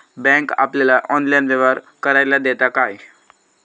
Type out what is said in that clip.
Bank आपल्याला online व्यवहार करायला देता काय?